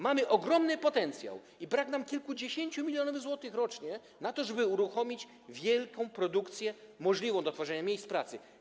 Mamy ogromny potencjał i brak nam kilkudziesięciu milionów złotych rocznie na to, żeby uruchomić wielką produkcję umożliwiającą tworzenie miejsc pracy.